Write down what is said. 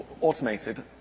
automated